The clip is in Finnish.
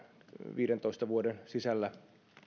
viidentoista vuoden sisällä puolustuskykyä